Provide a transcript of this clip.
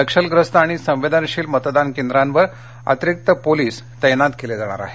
नक्षलग्रस्त आणि संवेदनशील मतदान केंद्रावर अतिरिक्त पोलीस तैनात केले जाणार आहेत